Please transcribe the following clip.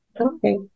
Okay